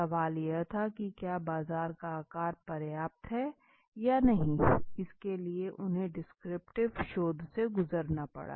सवाल यह था कि क्या बाजार का आकार पर्याप्त है या नहीं इसके लिए उन्हें डिस्क्रिप्टिव शोध से गुजरना पड़ा